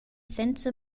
senza